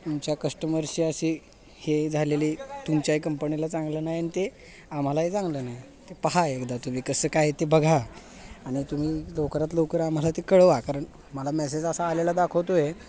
तुमच्या कस्टमर्सशी असे हे झालेली तुमच्याही कंपनीला चांगलं नाही आणि ते आम्हालाही चांगलं नाही ते पहा एकदा तुम्ही कसं काय आहे ते बघा आनि तुम्ही लवकरात लवकर आम्हाला ते कळवा कारण मला मेसेज असा आलेला दाखवतो आहे